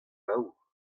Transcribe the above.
baour